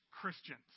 Christians